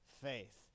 faith